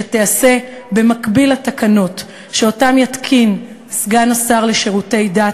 תיעשה במקביל לתקנות שיתקין סגן השר לשירותי דת,